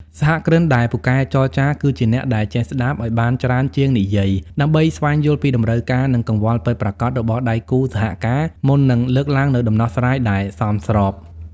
សហគ្រិនដែលពូកែចរចា គឺជាអ្នកដែលចេះស្ដាប់ឱ្យបានច្រើនជាងនិយាយ ដើម្បីស្វែងយល់ពីតម្រូវការ និងកង្វល់ពិតប្រាកដរបស់ដៃគូសហការ មុននឹងលើកឡើងនូវដំណោះស្រាយដែលសមស្រប។